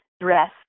dress